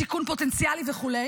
סיכון פוטנציאלי וכו'.